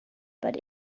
but